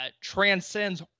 transcends